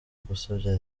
gusebya